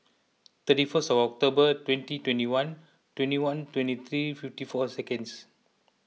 thirty first October twenty twenty one twenty one twenty three fifty four seconds